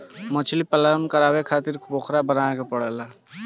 मछलीपालन करे खातिर पोखरा बनावे के पड़ेला